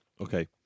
Okay